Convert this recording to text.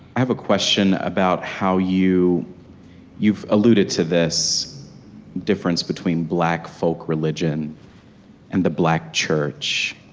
have a question about how you you've alluded to this difference between black folk religion and the black church.